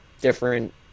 different